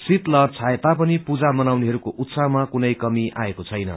शीत लहर छाए तापनि पूजा मनाउनेहरूको उत्साहमा कूनै कमी आएको छैन